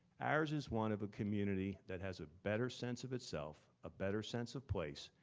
ours is one of a community that has a better sense of itself, a better sense of place,